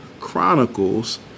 Chronicles